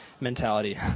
mentality